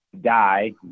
die